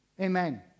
Amen